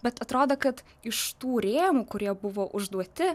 bet atrodo kad iš tų rėmų kurie buvo užduoti